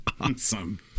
awesome